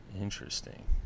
Interesting